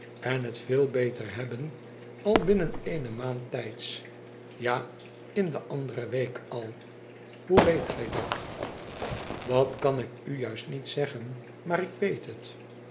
en het veel beter hebben al binnen eene maand tijds ja in de andere week al f hoe weet gij dat dat kan ik u juist niet zeggen maar ik weet het